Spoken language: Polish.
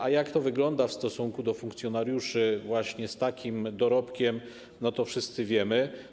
A jak to wygląda w stosunku do funkcjonariuszy właśnie z takim dorobkiem, to wszyscy wiemy.